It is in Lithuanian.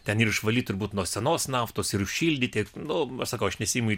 ten ir išvalyt turbūt nuo senos naftos ir užšildyti nu sakau aš nesiimu